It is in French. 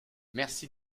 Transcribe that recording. merci